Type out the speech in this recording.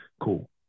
cool